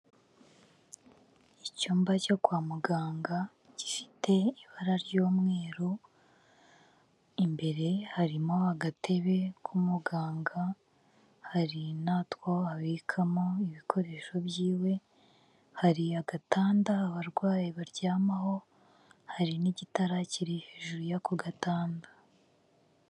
Icyumba cyo kwa muganga gifite ibara ry'umweru, imbere harimo agatebe k'umuganga, hari n'utwo abikamo ibikoresho byiwe hari agatanda abarwayi baryamaho, hari n'igitara kiri hejuru y'ako gatanda.